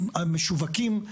המשווקים,